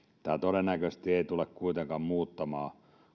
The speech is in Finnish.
tämä todennäköisesti ei tule kuitenkaan muuttamaan